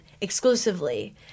exclusively